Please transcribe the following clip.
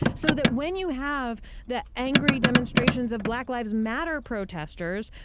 so that when you have that angry demonstrations of black lives matter protestors,